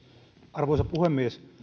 arvoisa puhemies